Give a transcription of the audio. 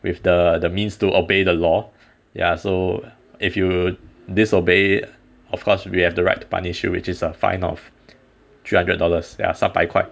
with the the means to obey the law ya so if you disobey of course we have the right to punish you which is a fine of three hundred dollars ya 三百块